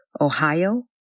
Ohio